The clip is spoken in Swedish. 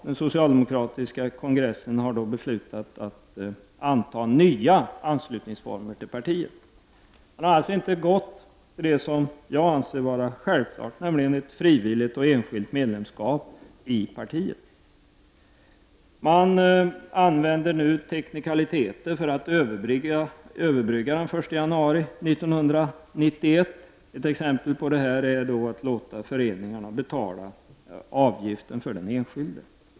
Den socialdemokratiska kongressen har beslutat att anta nya regler för anslutning till partiet. Man har alltså inte gått på den linje som jag anser vara självklar, nämligen ett frivilligt och enskilt medlemskap i partiet. Man använder sig av teknikaliteter för att överbrygga det somsker den 1 januari 1991. Ett exempel på det är att låta föreningarna betala avgiften för den enskilde.